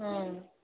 ꯎꯝ